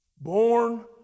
born